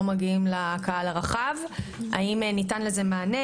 מגיעים לקהל הרחב האם ניתן לזה מענה?